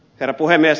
herra puhemies